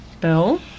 Bill